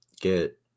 get